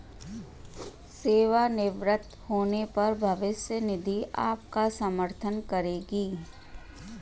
सेवानिवृत्त होने पर भविष्य निधि आपका समर्थन करेगी